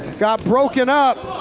got broken up.